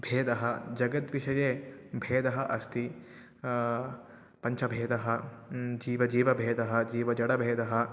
भेदः जगत् विषये भेदः अस्ति पञ्चभेदाः जीवः जीवः भेदः जीवः जडः भेदः